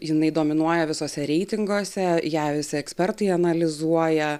jinai dominuoja visose reitinguose ją visi ekspertai analizuoja